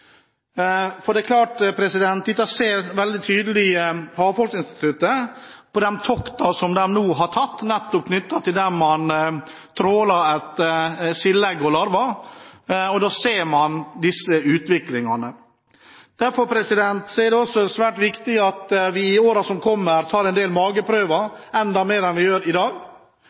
ned. Det er klart at dette har Havforskningsinstituttet sett veldig tydelig på de toktene som de nå har tatt, der man tråler etter sildeegg og -larver. Da ser man denne utviklingen. Derfor er det svært viktig at vi i årene som kommer, tar en del mageprøver – enda flere enn vi gjør i dag